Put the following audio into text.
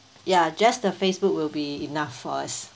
ya just the Facebook will be enough for us